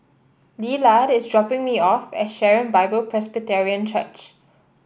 Lillard is dropping me off at Sharon Bible Presbyterian Church